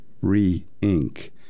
re-ink